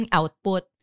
output